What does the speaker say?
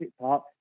Park